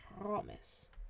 promise